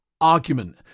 argument